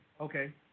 okay